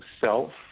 self